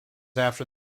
after